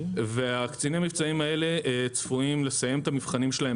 וקציני המבצעים האלה צפויים לסיים את המבחנים שלהם